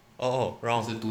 oh wrong